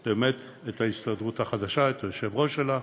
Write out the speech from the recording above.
פה את ההסתדרות החדשה, את היושב-ראש שלה,